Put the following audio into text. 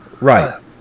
Right